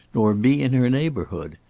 nor be in her neighbourhood.